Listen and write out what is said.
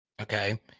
Okay